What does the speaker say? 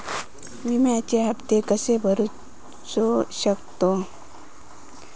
विम्याचे हप्ते कसे भरूचो शकतो?